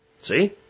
See